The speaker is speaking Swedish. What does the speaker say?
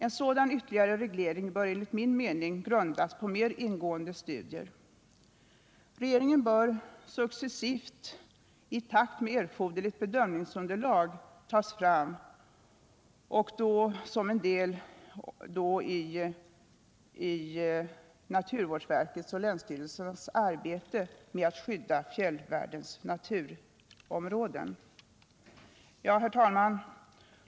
En sådan ytterligare reglering bör enligt min mening grundas på mer ingående studier. Regleringen bör successivt ske i takt med att erforderligt bedömningsunderlag tas fram och då som en del i naturvårdsverkets och länsstyrelsernas arbete med att skydda fjällvärldens naturområden. Herr talman!